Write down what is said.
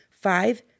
five